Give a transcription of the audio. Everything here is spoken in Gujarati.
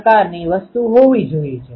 તેથી તે એલીમેન્ટ પેટર્ન છે